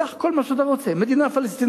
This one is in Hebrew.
קח כל מה שאתה רוצה: מדינה פלסטינית,